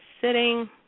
sitting